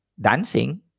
dancing